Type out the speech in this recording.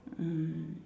mm